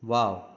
wow